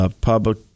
public